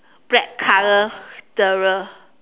black color steerer